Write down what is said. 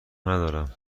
ندارم